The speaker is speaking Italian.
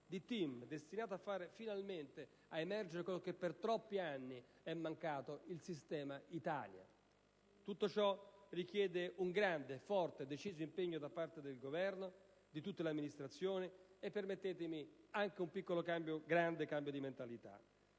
di *team*, destinato a fare finalmente emergere ciò che per troppi anni è mancato, cioè il sistema Italia. Tutto ciò richiede un grande, forte e deciso impegno da parte del Governo, di tutta l'amministrazione e, permettetemi, anche un grande cambio di mentalità.